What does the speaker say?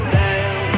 down